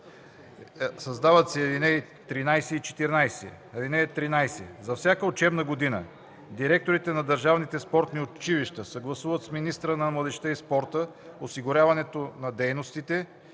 Създават се ал. 13 и 14: „(13) За всяка учебна година директорите на държавните спортни училища съгласуват с министъра на младежта и спорта осигуряването на дейностите,